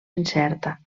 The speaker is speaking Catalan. incerta